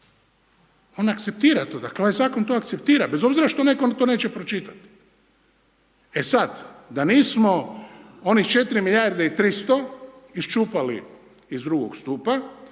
On akceptira to, dakle ovaj zakon to akceptira bez obzira što netko to neće pročitati. E sada, da nismo onih 4 milijarde i 300 iščupali iz II. Stupa,